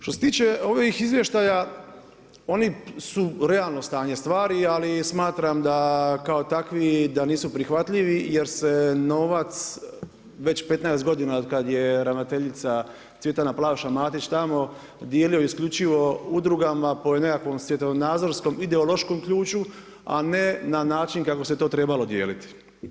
Što se tiče ovih izvještaja oni su realno stanje stvari, ali smatram da kao takvi da nisu prihvatljivi jer se novac već 15 godina od kad je ravnateljica Cvjetana Plavša Matić tamo dijelio isključivo udrugama po nekakvom svjetonazorskom ideološkom ključu, a ne na način kako se to trebalo dijeliti.